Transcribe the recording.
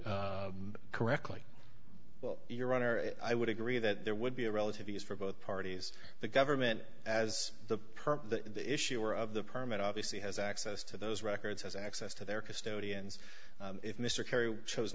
correctly well your honor i would agree that there would be a relative ease for both parties the government as the per the issuer of the permit obviously has access to those records as access to their custodians if mr kerry chose